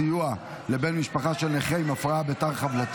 סיוע לבן משפחה של נכה עם הפרעה בתר-חבלתית),